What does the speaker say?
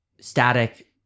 static